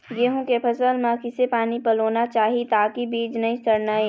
गेहूं के फसल म किसे पानी पलोना चाही ताकि बीज नई सड़ना ये?